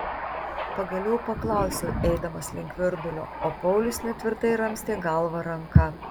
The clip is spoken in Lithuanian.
pagaliau paklausiau eidamas link virdulio o paulius netvirtai ramstė galvą ranka